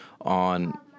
on